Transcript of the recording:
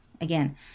again